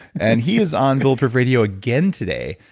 and he is on bulletproof radio again today,